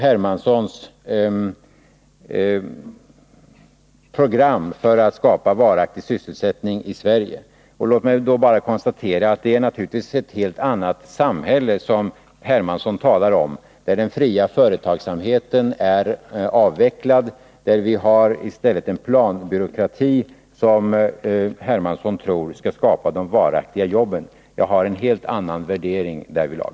Hermanssons program för att skapa varaktig sysselsättning i Sverige bara konstatera att det naturligtvis är ett helt annat samhälle som C.-H. Hermansson talade om — ett samhälle där den fria företagsamheten är avvecklad, där vi i stället har en planbyråkrati, som han tror skall skapa de varaktiga jobben. Jag har en helt annan värdering därvidlag.